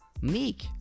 meek